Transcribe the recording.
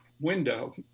window